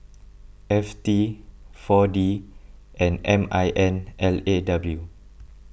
F T four D and M I N L A W